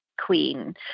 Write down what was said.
queen